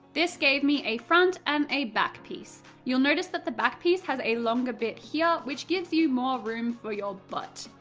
this gave me a front and a back piece. you'll notice that the back piece has a longer bit here which gives you more room for your butt.